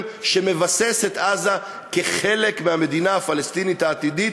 שמבסס את עזה כחלק מהמדינה הפלסטינית העתידית,